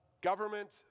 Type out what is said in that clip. government